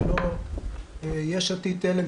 ולא יש עתיד-תל"ם,